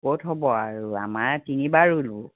ক'ত হ'ব আৰু আমাৰ তিনিবাৰ ৰুলোঁ